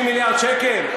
70 מיליארד שקל?